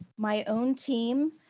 my own team.